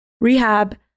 rehab